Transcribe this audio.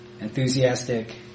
Enthusiastic